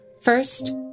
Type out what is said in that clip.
First